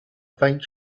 faint